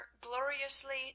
gloriously